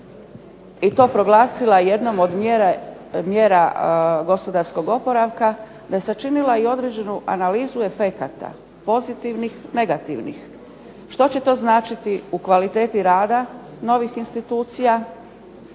i to proglasila jednom od mjera gospodarskog oporavka, da je sačinila i određenu analizu efekata pozitivnih, negativnih. Što će to značiti u kvaliteti rada novih institucija,